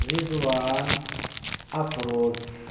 رضوان افروز